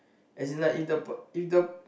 as in like if the p~ if the